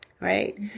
Right